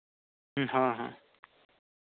ᱦᱮᱸ ᱦᱮᱸ